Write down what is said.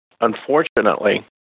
unfortunately